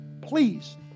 please